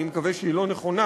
אני מקווה שהיא לא נכונה,